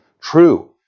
true